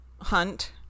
hunt